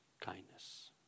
kindness